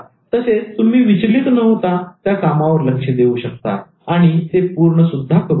तसेच तुम्ही विचलित न होता त्या कामावर लक्ष देऊ शकता आणि ते पूर्ण सुद्धा करू शकता